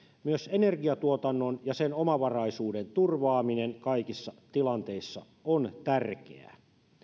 myös energiantuotannon ja sen omavaraisuuden turvaaminen kaikissa tilanteissa on tärkeää